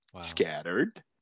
scattered